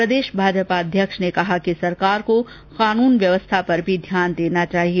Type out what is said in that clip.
प्रदेश भाजपा अध्यक्ष ने कहा कि सरकार को कानून व्यवस्था पर भी ध्यान देना चाहिए